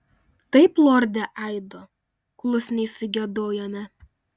taip lorde aido klusniai sugiedojome